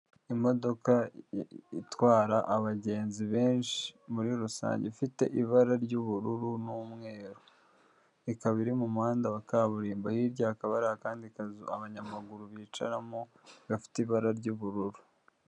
Imodoka itwara abagenzi benshi muri rusange, ifite ibara ry'ubururu n'umweru. Ikaba iri mu muhanda wa kaburimbo. Hirya hakaba hari akandi kazu abanyamaguru bicaramo gafite ibara ry'ubururu.